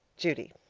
judy